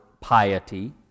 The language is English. piety